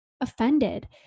offended